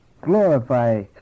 glorify